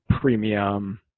premium